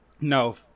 No